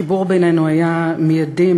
החיבור בינינו היה מיידי.